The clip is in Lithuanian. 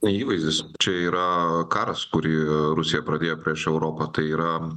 įvaizdis čia yra karas kurį rusija pradėjo prieš europą tai yra